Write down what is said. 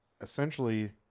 essentially